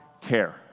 care